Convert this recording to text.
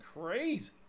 crazy